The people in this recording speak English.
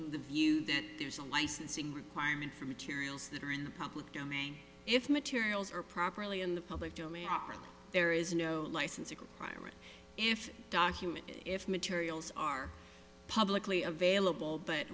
the view that there's a licensing requirement for materials that are in the public domain if materials are properly in the public domain there is no license to hire it if documents if materials are publicly available but